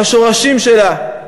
מהשורשים שלה,